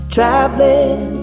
Traveling